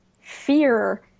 fear